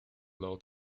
lot